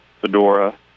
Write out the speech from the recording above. fedora